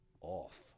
off